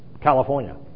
California